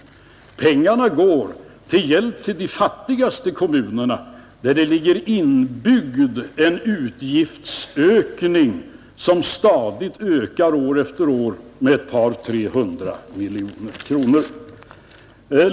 Pengarna går till hjälp till de fattigaste kommunerna, där det ligger inbyggd en utgiftsökning som stadigt växer år efter år med ett par tre hundra miljoner kronor.